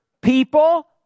people